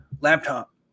laptop